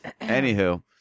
Anywho